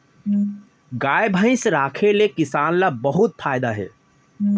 गाय भईंस राखे ले किसान ल बहुत फायदा हे